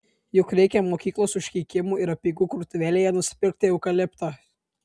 juk reikia mokyklos užkeikimų ir apeigų krautuvėlėje nusipirkti eukalipto